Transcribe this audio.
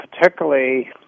particularly